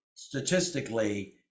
statistically